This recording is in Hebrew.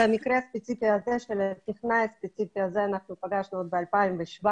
המקרה הספציפי הזה של הטכנאי הספציפי הזה פגשנו כבר ב-2017,